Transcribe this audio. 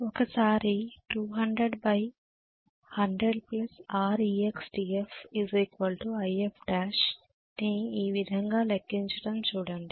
ఒకసారి ని ఈ విధంగా లెక్కించడం చూడండి